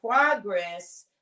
progress